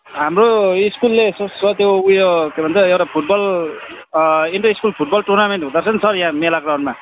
हाम्रो स्कुलले त्यो उयो के भन्छ एउटा football inter school football tournament हुँदैछ नि सर यहाँ मेला ग्राउन्डमा